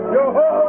Yo-ho